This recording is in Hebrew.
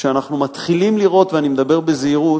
שאנחנו מתחילים לראות, ואני מדבר בזהירות,